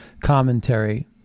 commentary